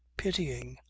pitying,